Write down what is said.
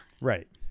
Right